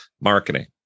marketing